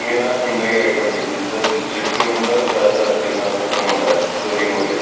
ਮੇਰਾ Hyundai i twenty ਜਿਸ ਦਾ ਰਜਿਸਟ੍ਰੇਸ਼ਨ ਨੰਬਰ ਚਾਰ ਹਜ਼ਾਰ ਤਿੰਨ ਨਾਲ ਖਤਮ ਹੁੰਦਾ ਹੈ ਚੋਰੀ ਹੋ ਗਿਆ ਹੈ